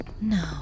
No